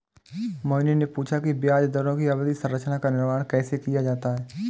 मोहिनी ने पूछा कि ब्याज दरों की अवधि संरचना का निर्माण कैसे किया जाता है?